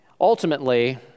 Ultimately